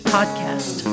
Podcast